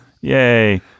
Yay